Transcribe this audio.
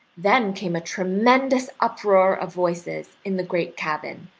then came a tremendous uproar of voices in the great cabin,